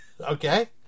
Okay